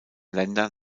länder